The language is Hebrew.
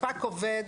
הספק עובד